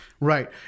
Right